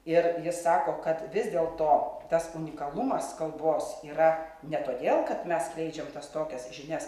ir jis sako kad vis dėl to tas unikalumas kalbos yra ne todėl kad mes skleidžiam tokias žinias